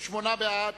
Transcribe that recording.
שמונה בעד,